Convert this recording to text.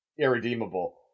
irredeemable